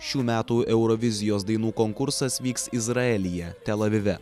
šių metų eurovizijos dainų konkursas vyks izraelyje tel avive